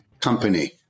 Company